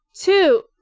two